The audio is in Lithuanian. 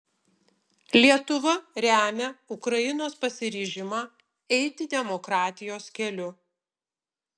lietuva remia ukrainos pasiryžimą eiti demokratijos keliu